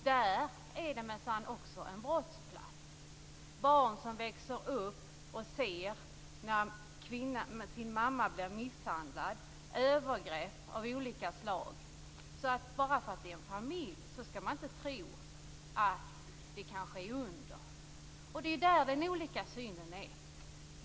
Det är minsann också en brottsplats, där barn växer upp och ser mamma bli misshandlad och där det sker övergrepp av olika slag. Bara därför att det är en familj skall man alltså inte tro att det kan ske under. Det är på den punkten vi har olika syn på rättsväsendet.